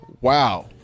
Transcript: Wow